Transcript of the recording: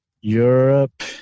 Europe